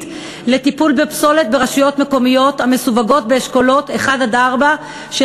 לטיפול בפסולת ברשויות המקומיות המסווגות באשכולות 1 4 של